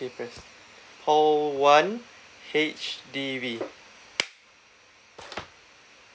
K pressed call one H_D_B